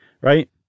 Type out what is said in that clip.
right